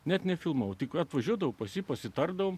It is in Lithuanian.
net nefilmavau tik atvažiuodavau pas jį pasitardavome